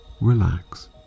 relax